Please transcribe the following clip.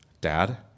Dad